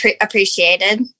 appreciated